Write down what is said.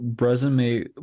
resume